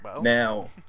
Now